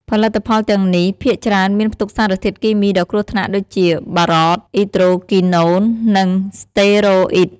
ផលិតផលទាំងនេះភាគច្រើនមានផ្ទុកសារធាតុគីមីដ៏គ្រោះថ្នាក់ដូចជា បារត, អ៊ីដ្រូគីណូន និង ស្តេរ៉ូអ៊ីត។